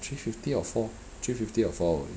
three fifty or four three fifty or four already